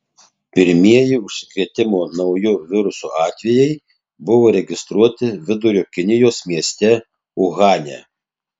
pirmieji užsikrėtimo nauju virusu atvejai buvo registruoti vidurio kinijos mieste uhane